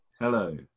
hello